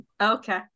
Okay